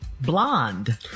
blonde